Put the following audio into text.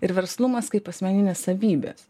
ir verslumas kaip asmeninės savybės